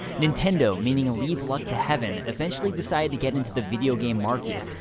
nintendo, meaning leave luck to heaven, eventually decided to get into the video game market,